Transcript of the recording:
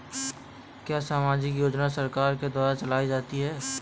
क्या सामाजिक योजनाएँ सरकार के द्वारा चलाई जाती हैं?